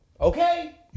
Okay